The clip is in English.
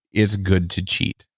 it's good to cheat.